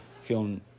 feeling